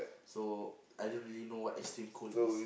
so I don't really know what extreme cold is